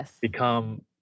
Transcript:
become